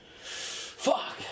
Fuck